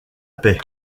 paix